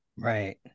Right